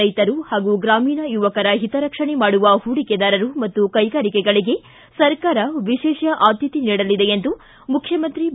ರೈತರು ಹಾಗೂ ಗ್ರಾಮೀಣ ಯುವಕರ ಹಿತರಕ್ಷಣೆ ಮಾಡುವ ಪೂಡಿಕೆದಾರರು ಮತ್ತು ಕೈಗಾರಿಕೆಗಳಿಗೆ ಸರ್ಕಾರ ವಿಶೇಷ ಆದ್ಯತೆ ನೀಡಲಿದೆ ಎಂದು ಮುಖ್ಯಮಂತ್ರಿ ಬಿ